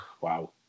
Wow